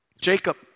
Jacob